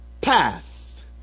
path